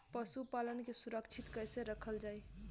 पशुपालन के सुरक्षित कैसे रखल जाई?